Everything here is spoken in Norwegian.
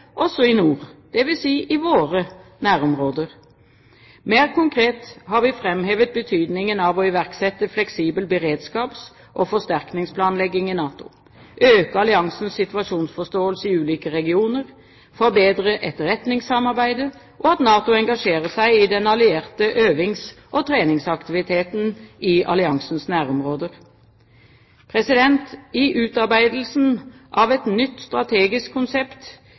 også i nord, dvs. i våre nærområder. Mer konkret har vi framhevet betydningen av å iverksette fleksibel beredskaps- og forsterkningsplanlegging i NATO, øke alliansens situasjonsforståelse i ulike regioner, forbedre etterretningssamarbeidet og av at NATO engasjerer seg i den allierte øvings- og treningsaktiviteten i alliansens nærområder. I utarbeidelsen av et nytt strategisk konsept